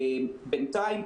בינתיים,